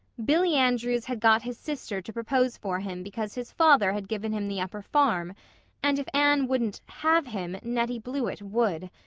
billy andrews had got his sister to propose for him because his father had given him the upper farm and if anne wouldn't have him nettie blewett would.